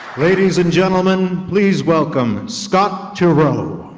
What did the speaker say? ladies and gentleman, please welcome scott turow!